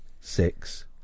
six